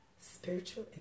spiritual